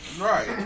right